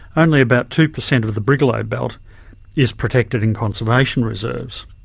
only about two percent of the brigalow belt is protected in conservation reserves.